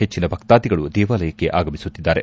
ಹೆಚ್ಚಿನ ಭಕ್ತಾಧಿಗಳು ದೇವಾಲಯಕ್ಕೆ ಆಗಮಿಸುತ್ತಿದ್ದಾರೆ